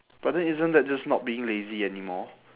but then isn't that just not being lazy anymore